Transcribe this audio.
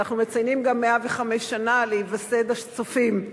מציינים גם 105 שנה להיווסד "הצופים".